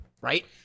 right